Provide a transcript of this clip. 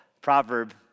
proverb